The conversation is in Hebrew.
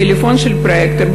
טלפון של פרויקטור,